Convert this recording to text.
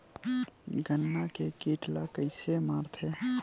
गन्ना के कीट ला कइसे मारथे?